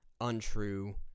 untrue